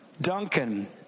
Duncan